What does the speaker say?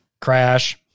Crash